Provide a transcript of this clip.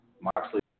Moxley